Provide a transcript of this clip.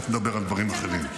תכף נדבר על דברים אחרים.